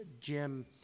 Jim